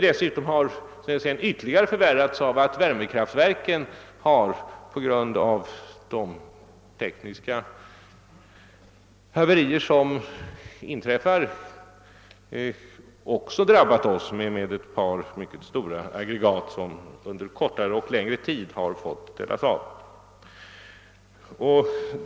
Dessutom har läget ytterligare förvärrats av att vid värmekraftverken inträffat tekniska haverier som gjort att ett par mycket stora aggregat under kortare eller längre tid måst kopplas ifrån.